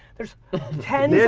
there's tens